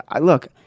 look